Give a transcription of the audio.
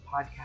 podcast